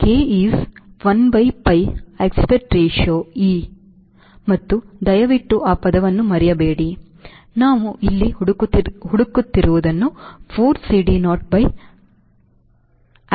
ಆದ್ದರಿಂದ K is one by pi aspect ratio e ಮತ್ತು ದಯವಿಟ್ಟು ಆ ಪದವನ್ನು ಮರೆಯಬೇಡಿ ನಾವು ಇಲ್ಲಿ ಹುಡುಕುತ್ತಿರುವುದನ್ನು 4 CD naught by pi aspect ratio e